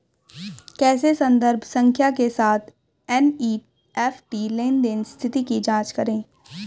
कैसे संदर्भ संख्या के साथ एन.ई.एफ.टी लेनदेन स्थिति की जांच करें?